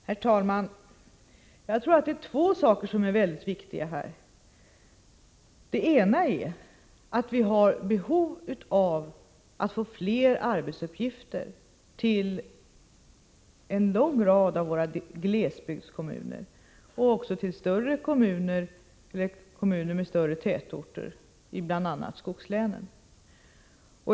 Herr talman! Det är två saker som är mycket viktiga här. Den ena är att vi har behov av att få fler arbetsuppgifter till en lång rad av våra glesbygdskommuner, men också till större kommuner och kommuner med större tätorter i bl.a. skogslänen.